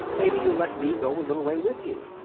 maybe you'll let me go a little way with you?